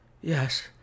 Yes